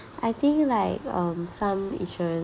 I think like um some insurance